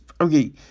okay